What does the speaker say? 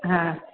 हा